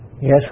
Yes